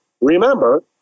remember